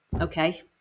okay